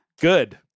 good